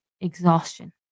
exhaustion